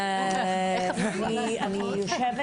אני יושבת